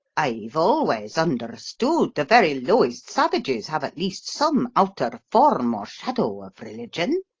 i've always understood the very lowest savages have at least some outer form or shadow of religion.